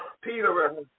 Peter